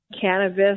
Cannabis